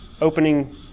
opening